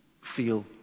feel